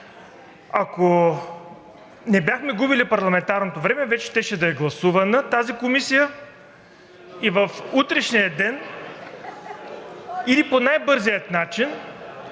Ако не бяхме губили парламентарното време, вече щеше да е гласувана тази комисия и в утрешния ден или по най-бързия начин